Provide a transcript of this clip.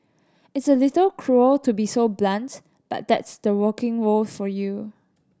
it's a little cruel to be so blunt but that's the working world for you